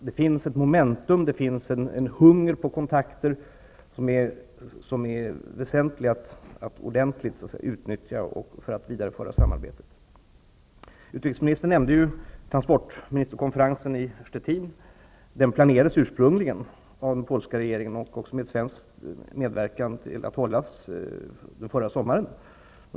Det finns ett momentum och en hunger på kontakter, som det är väsentligt att utnyttja för att föra vidare samarbetet. Utrikesministern nämnde transportministerkonferensen i Stettin. Den polska regeringen planerade ursprungligen, med svensk medverkan, att den skulle hållas förra sommaren.